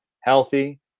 healthy